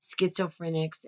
schizophrenics